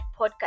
podcast